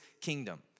kingdom